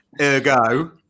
ergo